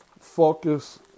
focus